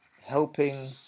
Helping